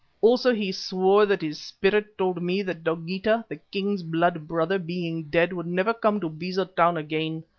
also he swore that his spirit told me that dogeetah, the king's blood-brother, being dead, would never come to beza town again.